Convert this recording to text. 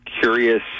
curious